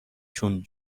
چون